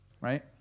right